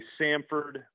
Samford